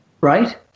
Right